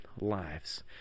lives